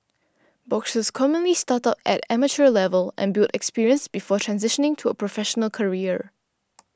boxers commonly start out at amateur level and build experience before transitioning to a professional career